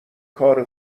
کار